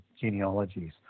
genealogies